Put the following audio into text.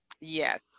Yes